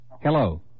Hello